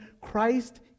Christ